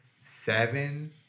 seven